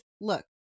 look